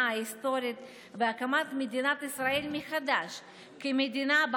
ההיסטורית והקמת מדינת ישראל מחדש כמדינה שבה